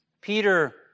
Peter